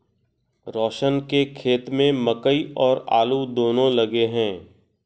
रोशन के खेत में मकई और आलू दोनो लगे हैं